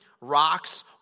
rocks